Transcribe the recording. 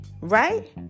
right